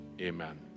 Amen